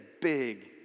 big